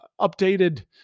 updated